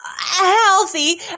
healthy